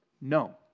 no